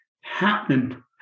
happening